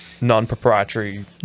non-proprietary